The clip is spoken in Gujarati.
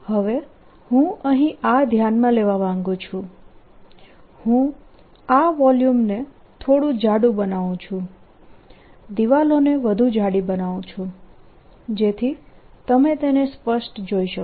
હવે હું અહીં આ ધ્યાનમાં લેવા માંગું છું હું આ વોલ્યુમને થોડુ જાડુ બનાવું છું દિવાલોને વધુ જાડી બનાવું છું જેથી તમે તેને સ્પષ્ટ જોઈ શકો